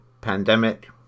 pandemic